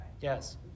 Yes